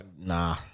Nah